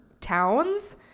towns